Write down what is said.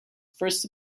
first